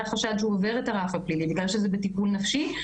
חשד שהוא עובר את הרף הפלילי בגלל שזה בטיפול נפשי,